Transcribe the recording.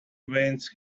veins